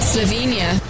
Slovenia